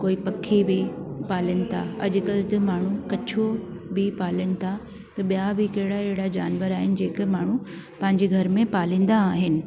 कोई पखी बि पालनि था अॼकल्ह जा माण्हू कछुओ बि पालनि था त ॿिया बि कहिड़ा अहिड़ा जानवर आहिनि जेके माण्हू पंहिंजे घर में पालींदा आहिनि